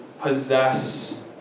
possess